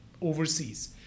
overseas